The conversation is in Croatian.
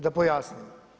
Da pojasnim.